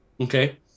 Okay